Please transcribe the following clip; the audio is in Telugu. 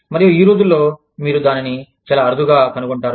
మరియు ఈ రోజుల్లో మీరు దానిని చాలా అరుదుగా కనుగొంటారు